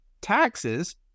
taxes